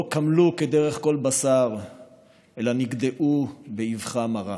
לא קמלו כדרך כל בשר אלא נגדעו באבחה מרה.